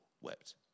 wept